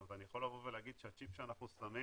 אני יכול להגיד שהצ'יפ שאנחנו שמים